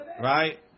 right